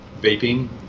vaping